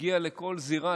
הגיע לכל זירה,